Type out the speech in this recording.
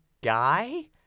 guy